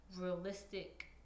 realistic